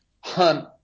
hunt